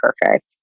perfect